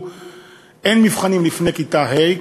אין מבחנים לפני כיתה ה'.